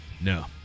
No